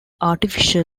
artificial